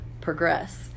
progress